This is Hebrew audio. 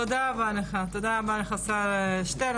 תודה רבה לך, השר שטרן.